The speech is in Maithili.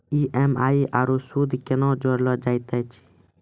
ई.एम.आई आरू सूद कूना जोड़लऽ जायत ऐछि?